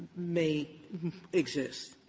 may exist?